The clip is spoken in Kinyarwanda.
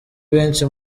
benshi